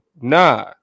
nah